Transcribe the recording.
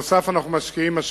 נוסף על כך,